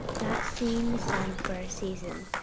not seeing the sun for a season.